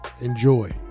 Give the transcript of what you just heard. Enjoy